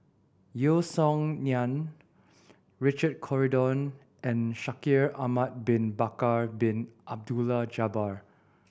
Yeo Song Nian Richard Corridon and Shaikh Ahmad Bin Bakar Bin Abdullah Jabbar